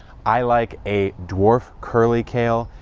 i like a dwarf curly kale.